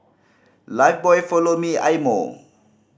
Lifebuoy Follow Me Eye Mo